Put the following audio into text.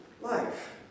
life